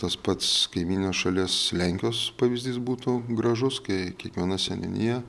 tas pats kaimyninės šalies lenkijos pavyzdys būtų gražus kai kiekviena seniūnija